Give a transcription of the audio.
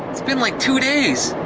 it's been like two days.